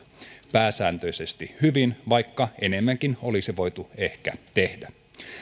pääsääntöisesti hyvin vaikka enemmänkin olisi voitu ehkä tehdä